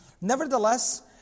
Nevertheless